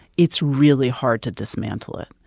it's really hard to dismantle it.